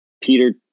peter